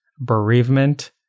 bereavement